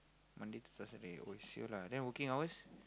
Monday to Saturday !oi! sia lah then working hours